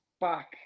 back